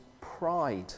pride